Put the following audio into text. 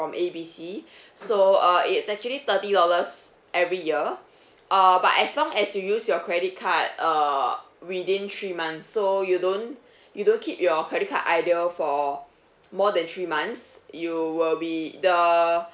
from A B C so uh it is actually thirty dollars every year uh but as long as you use your credit card err within three months so you don't you don't keep your credit card idle for more than three months you will be the